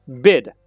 Bid